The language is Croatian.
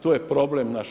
To je problem naš.